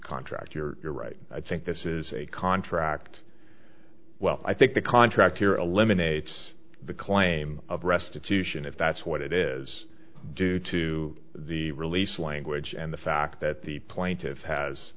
contract you're a right i think this is a contract well i think the contract era lemonades the claim of restitution if that's what it is due to the release language and the fact that the plaintiff has